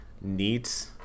neat